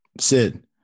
Sid